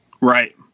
Right